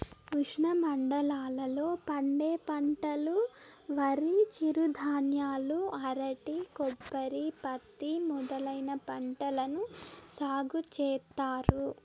ఉష్ణమండలాల లో పండే పంటలువరి, చిరుధాన్యాలు, అరటి, కొబ్బరి, పత్తి మొదలైన పంటలను సాగు చేత్తారు